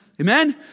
Amen